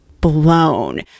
blown